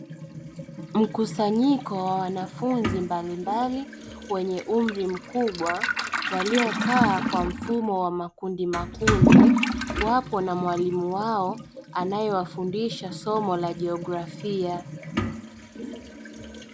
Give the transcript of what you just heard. Mkusanyiko wa wanafunzi mbalimbali wenye umri mkubwa waliokaa kwa mfumo wa makundi makundi wapo na mwalimu wao anaewafundisha somo la jografia.